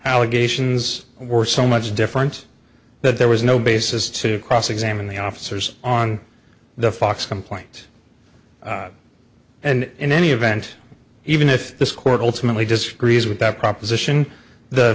allegations were so much different that there was no basis to cross examine the officers on the fox complaint and in any event even if this court ultimately disagrees with that proposition the